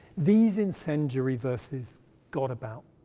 these incendiary verses got about.